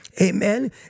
Amen